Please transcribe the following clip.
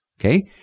Okay